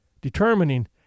determining